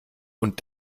und